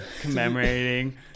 commemorating